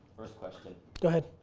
first question. go ahead.